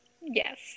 Yes